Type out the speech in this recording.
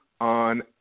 on